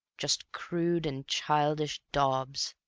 just crude and childish daubs,